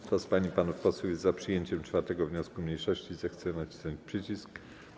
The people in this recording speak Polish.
Kto z pań i panów posłów jest za przyjęciem 4. wniosku mniejszości, zechce nacisnąć przycisk.